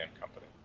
company